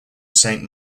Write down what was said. saint